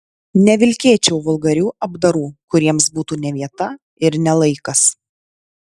nevilkėčiau vulgarių apdarų kuriems būtų ne vieta ir ne laikas